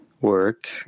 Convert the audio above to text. work